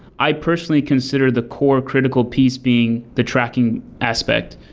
i personally consider the core critical piece being the tracking aspect.